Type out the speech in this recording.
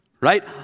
right